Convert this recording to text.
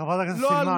חברת הכנסת סילמן.